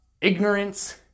ignorance